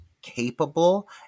capable